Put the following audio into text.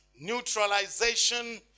Neutralization